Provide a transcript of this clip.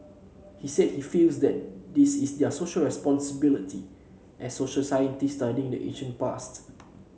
he said he feels that this is their Social Responsibility as social scientists studying the ancient past